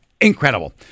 Incredible